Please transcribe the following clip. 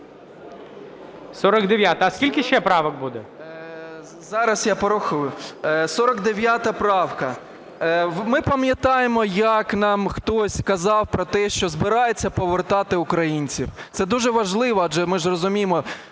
49-а. А скільки ще правок буде? 12:47:35 ПОЛЯКОВ А.Е. Зараз я порахую. 49-а правка. Ми пам'ятаємо, як нам хтось казав про те, що збирається повертати українців. Це дуже важливо, адже ми ж розуміємо,